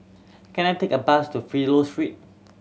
can I take a bus to Fidelio Street